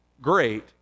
great